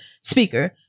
speaker